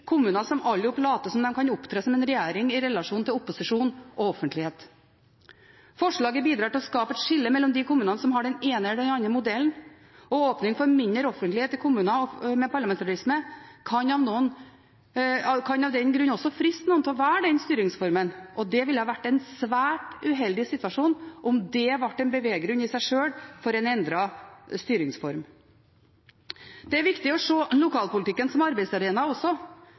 kommuner som alle later som om de kan opptre som en regjering i relasjon til opposisjon og offentlighet. Forslaget bidrar til å skape et skille mellom de kommunene som har den ene eller den andre modellen, og åpning for mindre offentlighet i kommuner med parlamentarisme kan av den grunn også friste noen til å velge den styringsformen, og det ville ha vært en svært uheldig situasjon om det var en beveggrunn i seg sjøl for en endret styringsform. Det er viktig å se lokalpolitikken som arbeidsarena også.